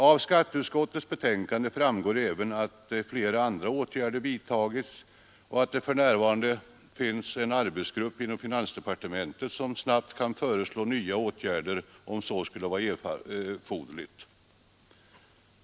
Av skatteutskottets betänkande framgår även att flera andra åtgärder vidtagits och att det för närvarande finns en arbetsgrupp inom finansdepartementet som snabbt kan föreslå nya åtgärder om så skulle vara erforderligt.